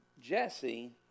Jesse